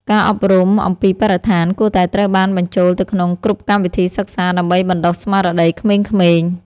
ការអប់រំអំពីបរិស្ថានគួរតែត្រូវបានបញ្ចូលទៅក្នុងគ្រប់កម្មវិធីសិក្សាដើម្បីបណ្តុះស្មារតីក្មេងៗ។